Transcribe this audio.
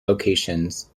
locations